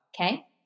okay